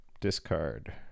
Discard